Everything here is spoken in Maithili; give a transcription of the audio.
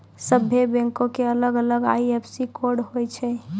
सभ्भे बैंको के अलग अलग आई.एफ.एस.सी कोड होय छै